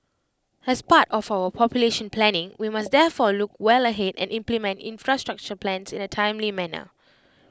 as part of our population planning we must therefore look well ahead and implement infrastructure plans in A timely manner